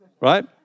right